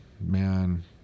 man